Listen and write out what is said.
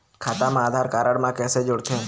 खाता मा आधार कारड मा कैसे जोड़थे?